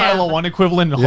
um one equivalent in yeah